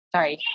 Sorry